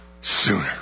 sooner